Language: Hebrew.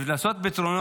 יש למצות פתרונות